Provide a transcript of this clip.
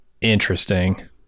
interesting